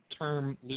term